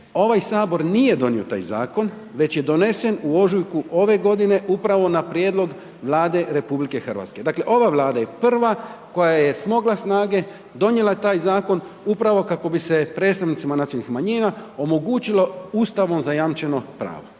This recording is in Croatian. ovaj HS nije donio taj zakon, već je donesen u ožujku ove godine, upravo na prijedlog Vlade RH. Dakle, ova Vlada je prva koja je smogla snage, donijela taj zakon upravo kako bi se predstavnicima nacionalnih manjina omogućilo ustavom zajamčeno pravo.